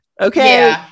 okay